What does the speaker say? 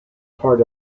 part